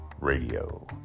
Radio